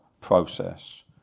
process